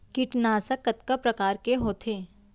कीटनाशक कतका प्रकार के होथे?